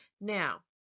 Now